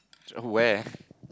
so where